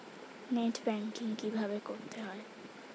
Net banking কীভাবে করতে হয়?